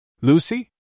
Lucy